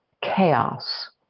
chaos